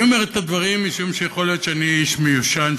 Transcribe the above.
אני אומר את הדברים משום שיכול להיות שאני איש מיושן,